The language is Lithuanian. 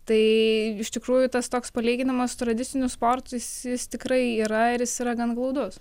tai iš tikrųjų tas toks palyginimas tradiciniu sportu jis jis tikrai yra ir jis yra gan glaudus